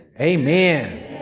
Amen